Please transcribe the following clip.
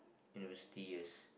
university years